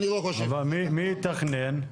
אבל מי יתכנן?